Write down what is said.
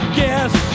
guess